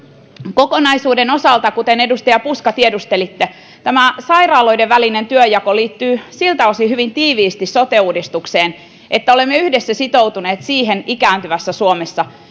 kokonaisuuden osalta kuten edustaja puska tiedustelitte sairaaloiden välinen työnjako liittyy hyvin tiiviisti sote uudistukseen siltä osin että olemme yhdessä sitoutuneet ikääntyvässä suomessa siihen